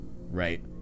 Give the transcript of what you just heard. right